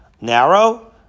narrow